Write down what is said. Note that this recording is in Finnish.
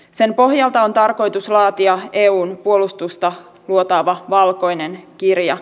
sen pohjalta on tarkoitus laatia eun puolustusta luotaava valkoinen kirja